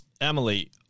Emily